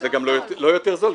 זה לא יותר זול,